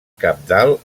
cabdal